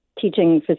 teaching